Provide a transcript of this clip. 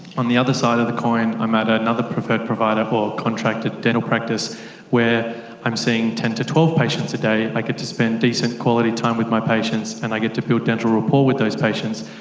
on the other side of the coin, i'm at another preferred provider or contracted dental practice where i'm seeing ten twelve patients a day, i get to spend decent quality time with my patients and i get to build dental rapport with those patients.